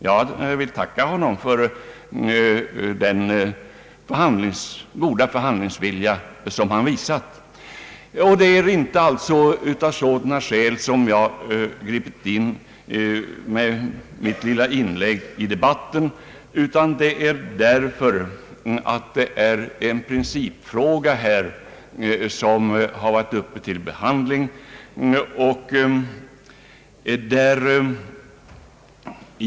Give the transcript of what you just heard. Jag vill tacka honom för den goda förhandlingsvilja som han visat. Det är alltså inte av sådana skäl som jag gripit in i debatten med mitt lilla inlägg, utan det är därför att det är en principfråga som har varit uppe till behandling.